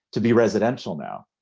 to be residential now.